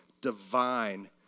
divine